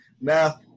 Now